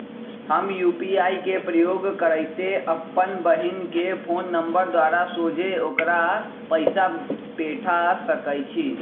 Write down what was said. हम यू.पी.आई के प्रयोग करइते अप्पन बहिन के फ़ोन नंबर द्वारा सोझे ओकरा पइसा पेठा सकैछी